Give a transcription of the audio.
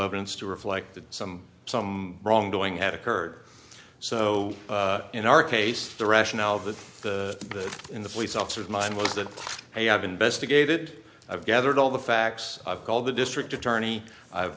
evidence to reflect that some some wrongdoing had occurred so in our case the rationale that the in the police officer's mind was that hey i've investigated i've gathered all the facts i've called the district attorney i've